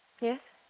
Yes